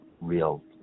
real